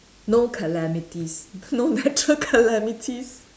no calamities no natural calamities